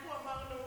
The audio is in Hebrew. אנחנו אמרנו